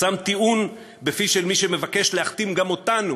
הוא שם טיעון בפיו של מי שמבקש להכתים אותנו